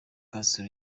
castro